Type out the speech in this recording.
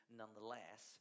nonetheless